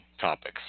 topics